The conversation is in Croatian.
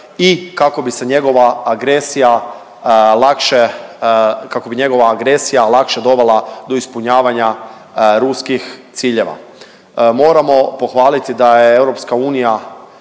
kako bi njegova agresija lakše dovela do ispunjavanja ruskih ciljeva. Moramo pohvaliti da je EU